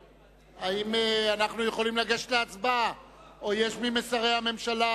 האם אנחנו יכולים לגשת להצבעה או יש מי משרי הממשלה,